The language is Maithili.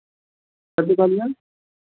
कथि कहलियै